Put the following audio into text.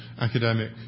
academic